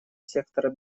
сектора